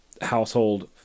household